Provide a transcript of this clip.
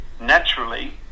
naturally